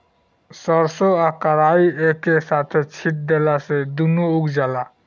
सरसों आ कराई एके साथे छींट देला से दूनो उग जाला